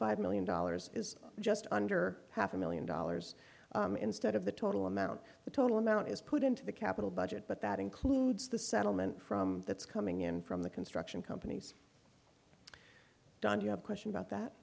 five million dollars is just under half a million dollars instead of the total amount the total amount is put into the capital budget but that includes the settlement from that's coming in from the construction companies don't you have a question about that